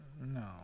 No